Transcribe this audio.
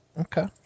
Okay